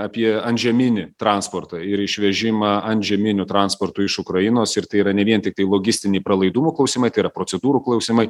apie antžeminį transportą ir išvežimą antžeminiu transportu iš ukrainos ir tai yra ne vien tiktai logistiniai pralaidumo klausimai tai yra procedūrų klausimai